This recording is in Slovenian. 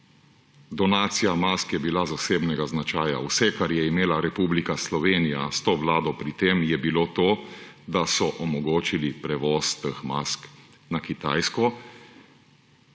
Donacija mask je bila zasebnega značaja. Vse, kar je imela Republika Slovenija s to vlado pri tem, je bilo to, da so omogočili prevoz teh mask na Kitajsko;